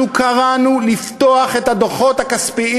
אנחנו קראנו לפתוח את הדוחות הכספיים